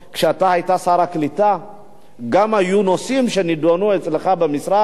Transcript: כשאתה היית שר הקליטה גם היו נושאים שנדונו אצלך במשרד,